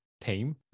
team